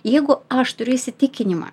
jeigu aš turiu įsitikinimą